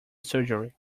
surgery